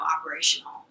operational